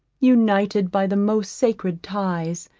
united by the most sacred ties,